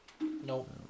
Nope